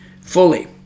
fully